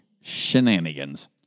Shenanigans